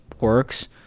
works